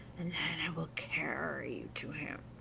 and then i will carry you to him.